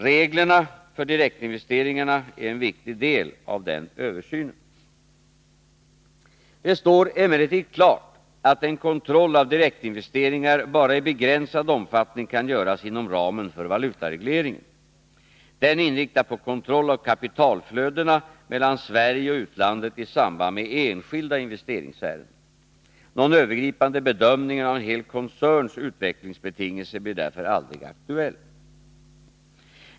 Reglerna för direktinvesteringarna är en viktig del av denna översyn. Det står emellertid klart att en kontroll av direktinvesteringar bara i begränsad omfattning kan göras inom ramen för valutaregleringen. Denna är inriktad på kontroll av kapitalflödena mellan Sverige och utlandet i samband med enskilda investeringsärenden. Någon övergripande bedömning av en hel koncerns utvecklingsbetingelser blir därför aldrig aktuell.